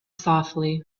softly